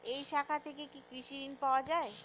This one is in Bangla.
এই শাখা থেকে কি কৃষি ঋণ পাওয়া যায়?